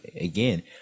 again